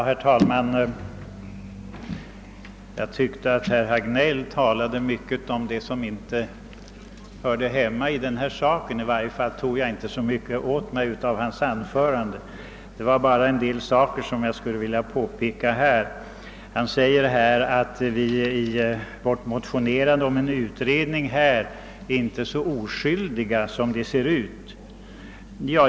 Herr talman! Jag tyckte att herr Hagnell talade om mycket som inte hör hemma i denna debatt — i varje fall tog jag inte särskilt åt mig av vad han sade. Det är emellertid ett par saker som jag vill påpeka. Herr Hagnell säger att våra motioner inte är så oskyldiga som de ser ut.